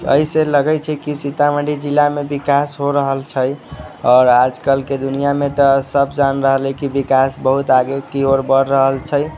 एहि से लगैत छै कि सीतामढ़ी जिलामे विकास हो रहल छै आओर आजकलके दुनिआमे तऽ सब जानि रहल अइ कि विकास बहुत आगे की ओर बढ़ रहल छै